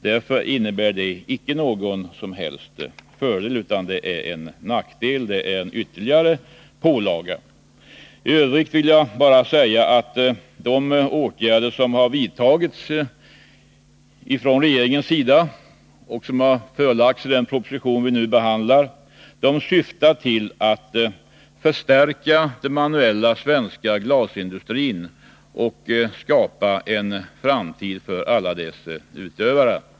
Därför innebär promsen icke någon som helst fördel, utan den är en nackdel och en ytterligare pålaga. I övrigt vill jag bara säga att de åtgärder som föreslagits från regeringens sida i den proposition vi nu behandlar syftar till att förstärka den svenska manuella glasindustrin och skapa en framtid för alla dess utövare.